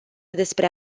despre